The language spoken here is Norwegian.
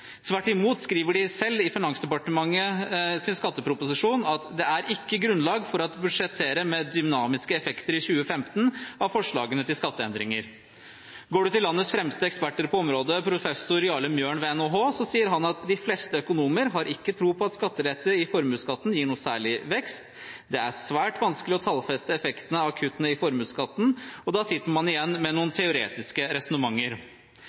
Tvert imot skriver de selv i Finansdepartementets skatteproposisjon: «Det er ikke grunnlag for å budsjettere med dynamiske effekter i 2015 av forslagene til skatteendringer.» Går man til landets fremste eksperter på området, sier professor Jarle Møen ved NHH at de fleste økonomer har ikke tro på at skattelette i formuesskatten gir noe særlig vekst, det er svært vanskelig å tallfeste effekten av kuttene i formuesskatten, og da sitter man igjen med noen teoretiske resonnementer.